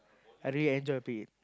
I really enjoy playing